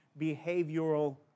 behavioral